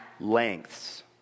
lengths